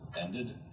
ended